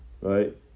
right